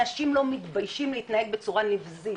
אנשים לא מתביישים להתנהג צורה נבזית